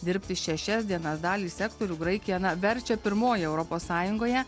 dirbti šešias dienas dalį sektorių graikija na verčia pirmoji europos sąjungoje